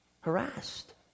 harassed